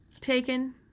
taken